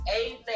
Amen